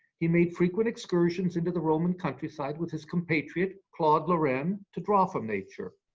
he made frequent excursions into the roman countryside with his compatriot, claude lorraine, to draw from nature.